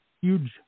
huge